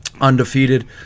Undefeated